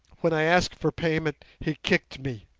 when i asked for payment he kicked me.